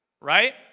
Right